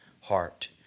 heart